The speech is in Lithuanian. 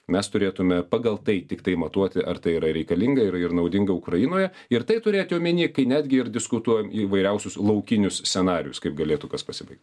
mes turėtume pagal tai tiktai matuoti ar tai yra reikalinga ir ir naudinga ukrainoje ir tai turėti omeny kai netgi ir diskutuojam įvairiausius laukinius scenarijus kaip galėtų kas pasibaigti